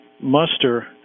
muster